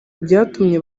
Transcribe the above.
byatumye